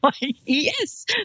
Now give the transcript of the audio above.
Yes